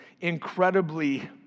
incredibly